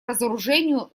разоружению